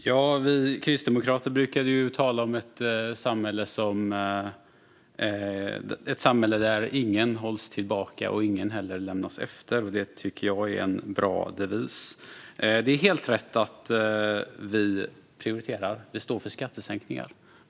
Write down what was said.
Herr talman! Vi kristdemokrater har brukat tala om ett samhälle där ingen hålls tillbaka och ingen heller lämnas efter. Det tycker jag är en bra devis. Det är helt rätt att vi prioriterar skattesänkningar och står för det.